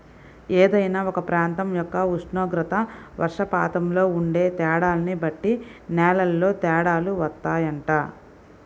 ఏదైనా ఒక ప్రాంతం యొక్క ఉష్ణోగ్రత, వర్షపాతంలో ఉండే తేడాల్ని బట్టి నేలల్లో తేడాలు వత్తాయంట